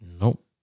Nope